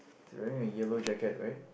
he is wearing a yellow jacket right